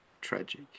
Tragic